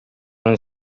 non